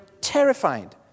terrified